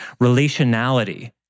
relationality